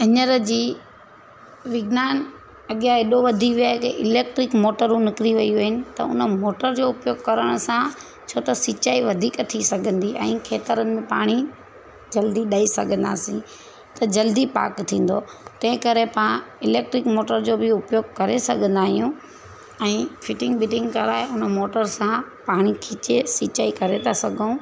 हींअर जी विज्ञानु अॻियां एॾो वधी वियो आहे की इलैक्ट्रिक मोटरूं थी वियूं आहिनि त हुन मोटर जो उपयोग करण सां छो त सिचाई वधीक थी सघंदी ऐं खेतरनि में पाणी जल्दी ॾेई सघंदासीं त जल्दी पाक थींदो तंहिं करे पा इलैक्ट्रिक मोटर जो बि उपयोग करे सघंदा आहियूं ऐं फिटिंग विटिंग कराए हुन मोटर सां पाणी खिचे सिचाई करे था सघूं